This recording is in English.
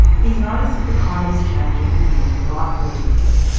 he has noticed the climate is changing and making life more difficult.